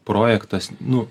projektas nu